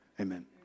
Amen